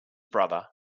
brother